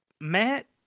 Matt